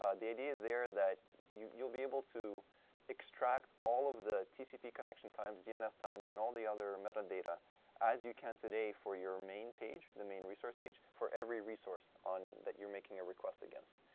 ah the idea there, that you'll be able to extract all of the tcp connection times, dns times, and all the other metadata as you can today for your main page, the main resource page for every resource that you're making a request against.